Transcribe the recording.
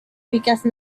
because